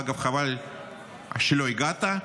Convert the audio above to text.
אגב, חבל שלא הגעת.